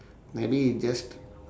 maybe just